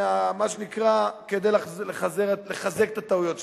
מה שנקרא, כדי לחזק את הטעויות שלכם.